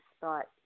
thought